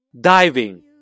Diving